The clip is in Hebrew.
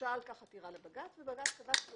הוגשה על כך עתירה לבג"ץ ובג"ץ קבע שזה